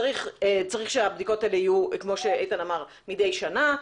צריך שהבדיקות האלה יהיו מידי שנה,